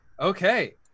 Okay